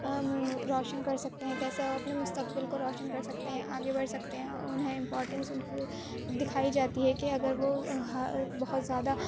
روشن کر سکتے ہیں کیسے اپنے مستقبل کو روشن کر سکتے ہیں آگے بڑھ سکتے ہیں انہیں امپارٹینٹس ان کی دکھائی جاتی ہے کہ اگر وہ بہت زیادہ